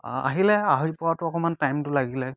অঁ আহিলে আহি পোৱাটো অকণমান টাইমটো লাগিলে